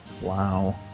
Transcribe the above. Wow